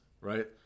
right